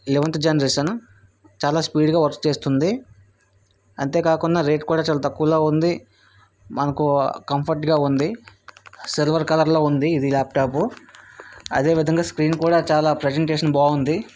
eleventh generation చాలా స్పీడ్గా work చేస్తుంది అంతేకాకుండ రేట్ కూడా చాల తక్కువులో ఉంది మనకు కంఫర్ట్గా ఉంది సిల్వర్ కలర్లో ఉంది ఇది లాప్టాప్ అదే విధంగా స్క్రీన్ కూడా చాలా ప్రజెంటేషన్ బాగుంది